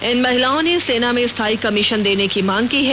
इन महिलाओं ने सेना में स्थायी कमीशन देने की मांग की है